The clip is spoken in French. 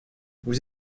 vous